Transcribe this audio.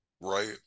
right